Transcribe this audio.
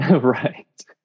right